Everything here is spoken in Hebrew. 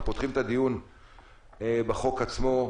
אנחנו פותחים את הדיון בחוק עצמו,